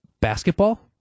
basketball